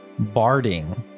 barding